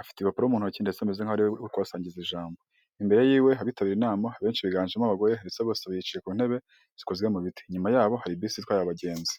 afite urupapuro mu ntoki ndetse ameze nk'aho ari kubasangiza ijambo imbere y'iwe, abitabiriye inama abenshi biganjemo abagore ndetse bose bicaye ku ntebe zikoze mu biti nyuma yaho hari bisi itwaye abagenzi.